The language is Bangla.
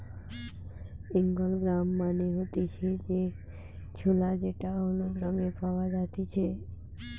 বেঙ্গল গ্রাম মানে হতিছে যে ছোলা যেটা হলুদ রঙে পাওয়া জাতিছে